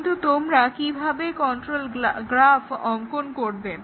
কিন্তু তোমরা কিভাবে কন্ট্রোল গ্রাফ অংকন করবে